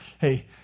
hey